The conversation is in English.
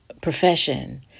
profession